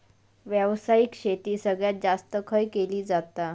व्यावसायिक शेती सगळ्यात जास्त खय केली जाता?